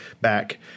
back